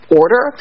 order